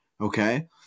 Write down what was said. Okay